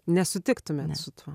nesutiktumėt su tuo